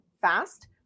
fast